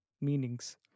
meanings